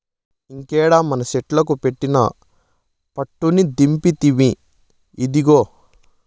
ఇంకేడ మనసెట్లుకు పెట్టిన పట్టుని దింపితిమి, ఇదిగో